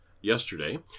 yesterday